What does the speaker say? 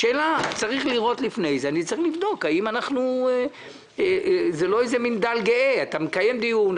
אני צריך לבדוק האם זה לא מין "דל גאה": אתה מקיים דיון,